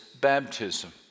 baptism